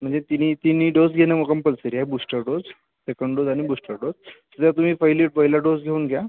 म्हणजे तिन्ही तिन्ही डोस घेणं कंपल्सरी आहे बुस्टर डोस सेकंड डोस आणि बुस्टर डोस तर तुम्ही पहिले पहिला डोस घेऊन घ्या